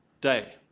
day